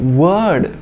word